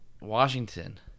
Washington